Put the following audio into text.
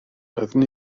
doeddwn